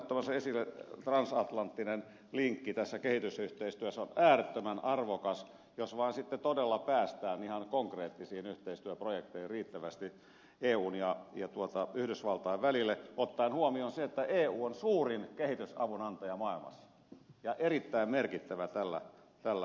laukkasen esille ottama transatlanttinen linkki kehitysyhteistyössä on äärettömän arvokas jos vain sitten todella päästään ihan konkreettisiin yhteistyöprojekteihin riittävästi eun ja yhdysvaltain välillä ottaen huomioon se että eu on suurin kehitysavun antaja maailmassa ja erittäin merkittävä tällä puolella